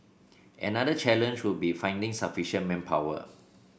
another challenge would be finding sufficient manpower